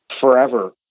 forever